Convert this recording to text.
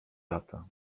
lata